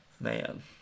man